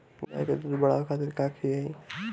गाय के दूध बढ़ावे खातिर का खियायिं?